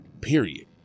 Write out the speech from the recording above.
Period